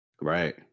Right